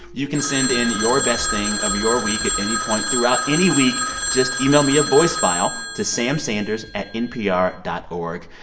you can send in your best thing of your week at any point throughout any week. just email me a voice file to samsanders at npr dot o r